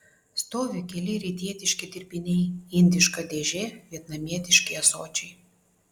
stovi keli rytietiški dirbiniai indiška dėžė vietnamietiški ąsočiai